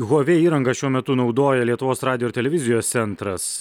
huavei įrangą šiuo metu naudoja lietuvos radijo televizijos centras